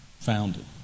founded